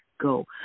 go